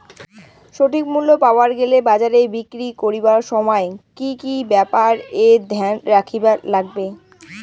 সঠিক মূল্য পাবার গেলে বাজারে বিক্রি করিবার সময় কি কি ব্যাপার এ ধ্যান রাখিবার লাগবে?